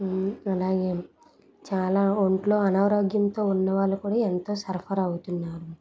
అలాగే చాలా ఒంట్లో అనారోగ్యంతో ఉన్న వాళ్ళు కూడా ఎంతో సఫర్ అవుతున్నారు